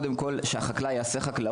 של ׳השומר החדש׳,